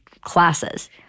classes